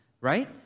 right